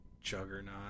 juggernaut